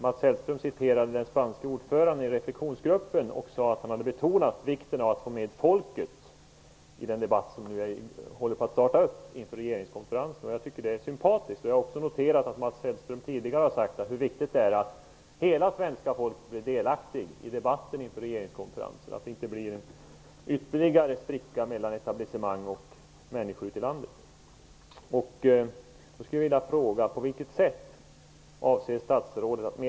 Mats Hellström citerade den spanske ordföranden i reflektionsgruppen och sade att denne hade betonat vikten av att få med folket i den debatt som kommer att inledas inför regeringskonferensen. Jag tycker att det är sympatiskt. Jag har noterat att även Mats Hellström sagt att det är viktigt att hela svenska folket blir delaktigt i debatten inför regeringskonferensen, så att det inte blir ytterligare en spricka mellan etablissemanget och människorna ute i landet.